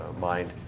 mind